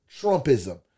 Trumpism